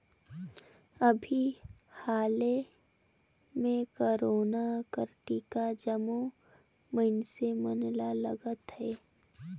अभीं हाले में कोरोना कर टीका जम्मो मइनसे मन ल लगत अहे